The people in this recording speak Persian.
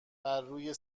بروی